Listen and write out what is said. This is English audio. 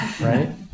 right